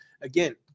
again